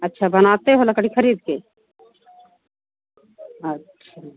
अच्छा बनाते हो लकड़ी ख़रीदकर अच्छा